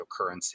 cryptocurrency